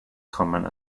common